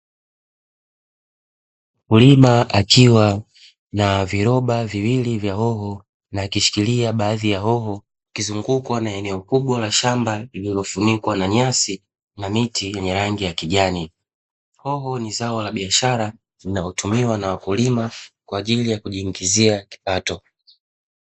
Mkulima akiwa na viroba viwili vya hoho na akishikilia baadhi ya hoho akizungukwa na eneo kubwa la shamba lililozungukwa na nyasi na miti yenye rangi ya kijani, hoho ni zao la biashara linalotumiwa na wakulima kwa ajili ya kujiingizia kipato.